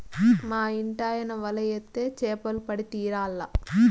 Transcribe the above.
మా ఇంటాయన వల ఏత్తే చేపలు పడి తీరాల్ల